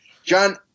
John